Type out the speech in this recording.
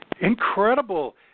Incredible